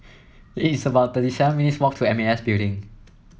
it's about thirty seven minutes' walk to M A S Building